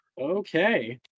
Okay